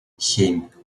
семь